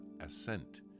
ascent